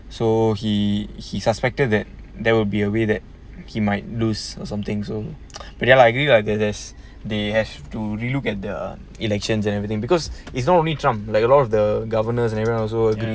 so he he suspected that there will be a way that he might lose or something so but ya I agree that there's they have to re-look at the elections and everything because it's not only trump like a lot of the governors anywhere also agree